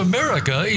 America